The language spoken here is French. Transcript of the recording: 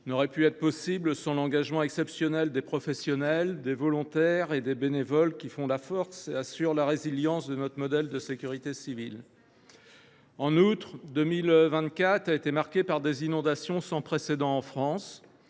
n’auraient pu être possibles sans l’engagement exceptionnel des professionnels, des volontaires et des bénévoles qui font la force et assurent la résilience de notre modèle de sécurité civile. En outre, l’année 2024 a été marquée par des inondations sans précédent en France.